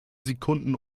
sekunden